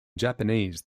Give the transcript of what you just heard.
japanese